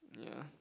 yeah